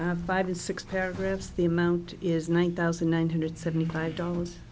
know five and six paragraphs the amount is one thousand nine hundred seventy five dollars